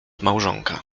małżonka